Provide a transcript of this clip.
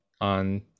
on